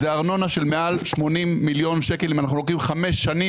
זאת ארנונה של מעל 80 מיליון שקלים אם אנחנו לוקחים חמש שנים